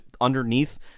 underneath